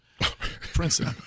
Princeton